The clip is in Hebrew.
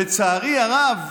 לצערי הרב,